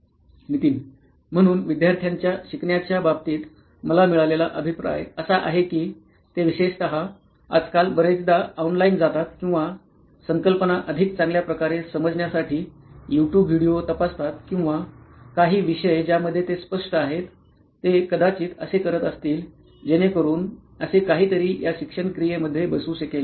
नितीन म्हणून विद्यार्थ्यांच्या शिकण्याच्या बाबतीत मला मिळालेला अभिप्राय असा आहे की ते विशेषतः आजकाल बरेचदा ऑनलाइन जातात किंवा संकल्पना अधिक चांगल्या प्रकारे समजण्यासाठी यू ट्यूब व्हिडिओ तपासतात किंवा काही विषय ज्यामध्ये ते अस्पष्ट आहेत ते कदाचित असे करत असतील जेणेकरून असे काहीतरी या शिक्षण क्रियेमध्ये बसू शकेल